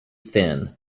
thin